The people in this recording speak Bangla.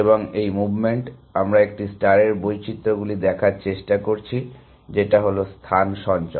এবং এই মুভমেন্টে আমরা একটি স্টারের বৈচিত্রগুলি দেখার চেষ্টা করছি যেটা হলো স্থান সঞ্চয়